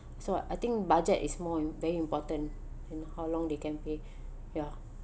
so I think budget is more very important and how long they can pay ya